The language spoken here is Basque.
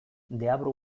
deabru